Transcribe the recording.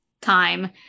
Time